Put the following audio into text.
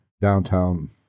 downtown